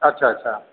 अच्छा अच्छा